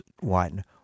one